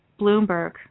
Bloomberg